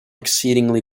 exceedingly